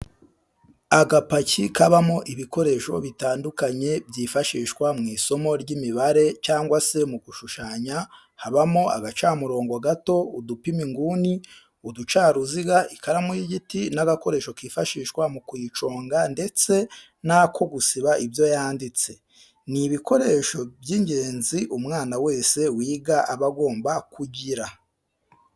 Agapaki kabamo ibikoresho bitandukanye byifashishwa mu isomo ry'imibare cyangwa se mu gushushanya habamo agacamurongo gato, udupima inguni, uducaruziga, ikaramu y'igiti n'agakoresho kifashishwa mu kuyiconga ndetse n'ako gusiba ibyo yanditse, ni ibikoresho by'ingenzi umwana wese wiga aba agomba kugira.